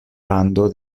rando